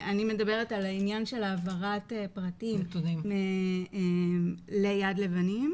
אני מדברת על העניין של העברת פרטים ליד לבנים.